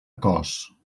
cos